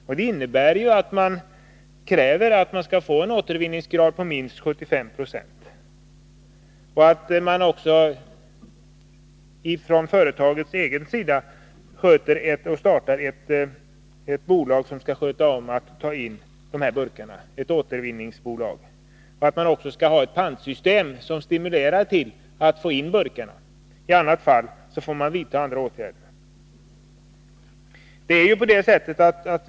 I avtalet förutsätts att återvinningsgraden blir minst 75 96. Företaget förbinder sig också att starta ett återvinningsbolag. Vidare förbinder sig näringslivets parter att bygga upp ett pantsystem som stimulerar återvinningen. I annat fall får andra åtgärder vidtas.